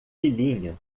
filhinha